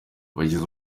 bashyize